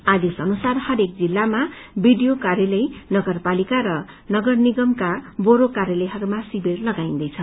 आदेश अनुसार हरेक जिल्लामा विडीओ कार्यालय नगरपालिका र नगरनिगमका बोरो कार्यालयहरूमा शिविर लगाइन्दैछ